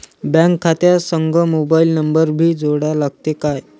Bank खात्या संग mobile number भी जोडा लागते काय?